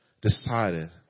decided